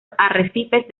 arrecifes